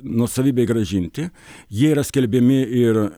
nuosavybei grąžinti jie yra skelbiami ir